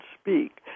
speak